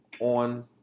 on